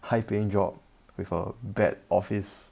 high paying job with a bad office